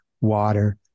water